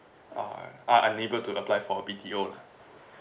uh are unable to apply for B_T_O lah